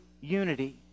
unity